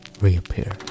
reappear